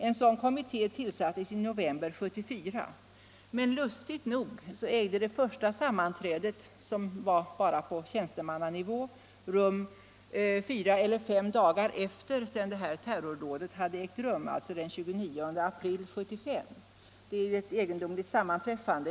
En sådan kommitté tillsattes i november 1974, men märkvärdigt nog ägde det första sammanträdet, som var på tjänstemannanivå, rum först fyra eller fem dagar efter ambassaddramat, nämligen den 29 april 1975. Det är ett egendomligt sammanträffande.